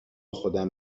خودم